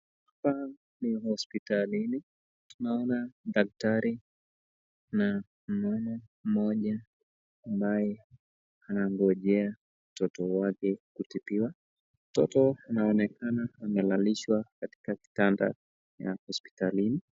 Hapa ni hospitalini tunaona daktari na mama moja ambaye anangojea mtoto wake kutibiwa, mtoto anaonekana amelalishwa katika kitanda ya hospitalini.